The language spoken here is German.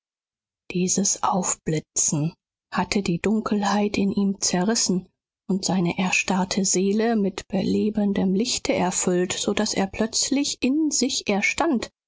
dieses aufblitzen hatte die dunkelheit in ihm zerrissen und seine erstarrte seele mit belebendem lichte erfüllt so daß er plötzlich in sich erstand